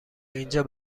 اینجا